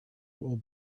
will